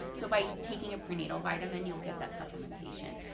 so by taking a prenatal vitamin you'll get that supplementation.